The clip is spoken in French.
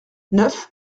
neuf